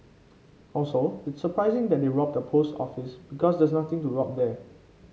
also it's surprising that they robbed a post office because there's nothing to rob there